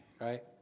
right